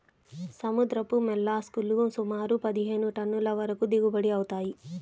సముద్రపు మోల్లస్క్ లు సుమారు పదిహేను టన్నుల వరకు దిగుబడి అవుతాయి